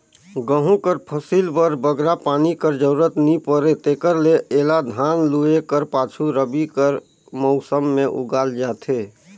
गहूँ कर फसिल बर बगरा पानी कर जरूरत नी परे तेकर ले एला धान लूए कर पाछू रबी कर मउसम में उगाल जाथे